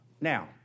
Now